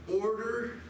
order